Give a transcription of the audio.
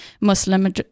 Muslim